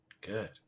good